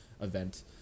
event